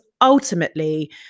ultimately